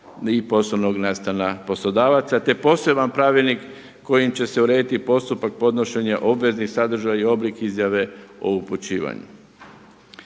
i poslovnog nastana poslodavaca, te poseban pravilnik kojim će se urediti postupak podnošenja obvezni sadržaj i oblik izjave o upućivanju.